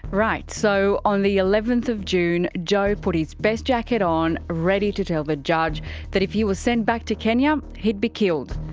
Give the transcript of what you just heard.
right, so on the eleventh of june, joe put his best jacket on, ready to tell the judge that if he was sent back to kenya, he'd be killed.